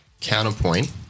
Counterpoint